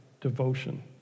devotion